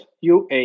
UA